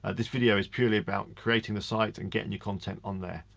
ah this video is purely about creating the site and getting your content on there.